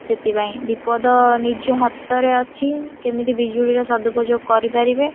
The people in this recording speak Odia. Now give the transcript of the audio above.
ସେଥିପାଇଁ ବିପଦ ନିଜ ହାତରେ ଅଛି କେମିତି ବିଜୁଳିର ସଦୁପଯୋଗ କରିପାରିବେ